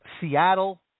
Seattle